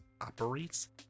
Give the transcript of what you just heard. operates